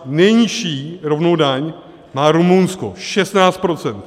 Nejnižší rovnou daň má Rumunsko, 16 %.